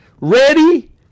ready